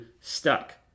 stuck